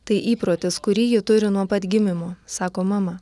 tai įprotis kurį ji turi nuo pat gimimo sako mama